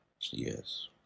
Yes